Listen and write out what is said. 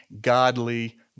godly